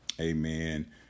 amen